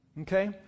Okay